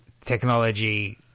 technology